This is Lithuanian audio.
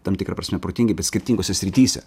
tam tikra prasme protingi bet skirtingose srityse